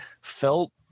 felt